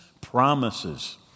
promises